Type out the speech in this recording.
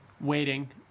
waiting